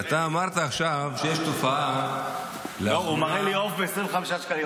אתה אמרת עכשיו שיש תופעה --- הוא מראה לי עוף ב-25 שקלים,